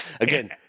again